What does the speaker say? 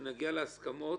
כשנגיע להסכמות,